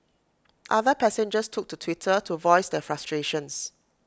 other passengers took to Twitter to voice their frustrations